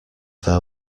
their